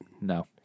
No